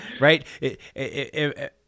right